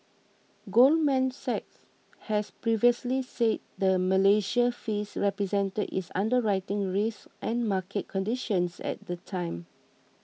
Goldman Sachs has previously said the Malaysia fees represented its underwriting risks and market conditions at the time